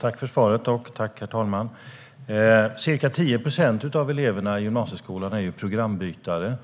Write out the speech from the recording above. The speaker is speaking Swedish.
Herr talman! Tack för svaret! Ca 10 procent av eleverna i gymnasieskolan är programbytare.